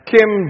Kim